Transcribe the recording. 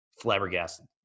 flabbergasted